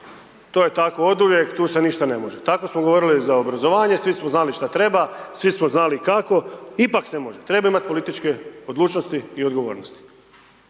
to je tako oduvijek tu se ništa ne može. Tako smo govorili za obrazovanje, svi smo znali šta treba, svi smo znali kako, ipak se može, treba imati političke odlučnosti i odgovornosti.